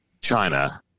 China